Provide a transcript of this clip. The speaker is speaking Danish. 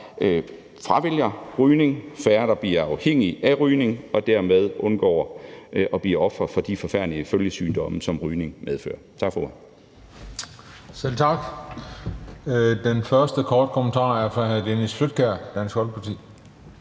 fravælger rygning, og færre, der bliver afhængige af rygning og dermed undgår at blive ofre for de forfærdelige følgesygdomme, som rygning medfører. Tak for ordet. Kl. 19:28 Den fg. formand (Christian Juhl):